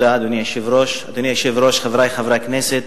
אדוני היושב-ראש, תודה, חברי חברי הכנסת,